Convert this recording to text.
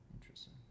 Interesting